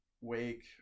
Wake